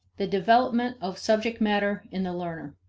the development of subject matter in the learner.